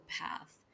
path